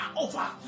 over